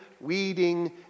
weeding